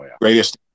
greatest